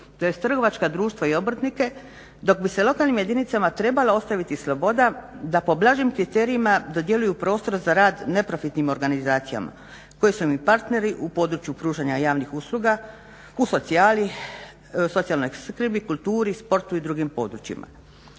tj. trgovačka društva i obrtnike dok bi se lokalnim jedinicama trebala ostaviti sloboda da po blažim kriterijima dodjeljuju prostor za rad neprofitnim organizacijama koje su im partneri u području pružanja javnih usluga, u socijali, socijalnoj skrbi, kulturi, sportu i drugim područjima.